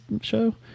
show